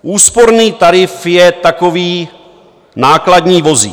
Úsporný tarif je takový nákladní vozík.